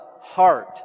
heart